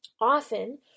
often